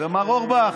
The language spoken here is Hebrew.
ומר אורבך,